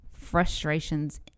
frustrations